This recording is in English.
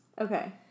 Okay